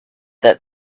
that